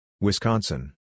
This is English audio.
Wisconsin